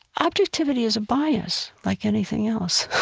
objectivity is a bias like anything else.